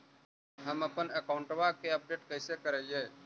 हमपन अकाउंट वा के अपडेट कैसै करिअई?